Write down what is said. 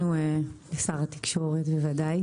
בוודאי לשר התקשורת.